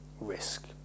risk